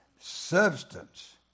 substance